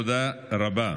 תודה רבה.